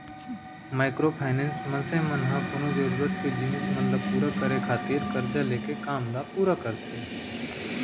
micro finance, मनसे मन ह कोनो जरुरत के जिनिस मन ल पुरा करे खातिर करजा लेके काम ल पुरा करथे